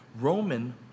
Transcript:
Roman